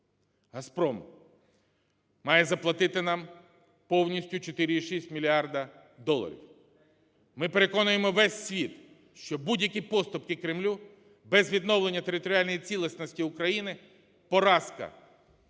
"Газпром" має заплатити нам повністю 4,6 мільярда доларів. Ми переконуємо увесь світ, що будь-які поступки Кремлю без відновлення територіальної цілісності України – поразка,